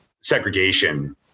segregation